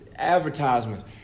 Advertisements